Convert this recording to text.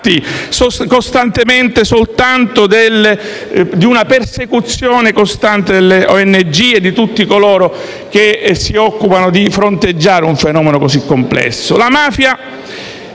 Denaro, non occuparti soltanto di una persecuzione costante delle ONG e di tutti quanti si occupano di fronteggiare un fenomeno così complesso.